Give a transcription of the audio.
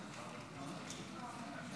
ואנחנו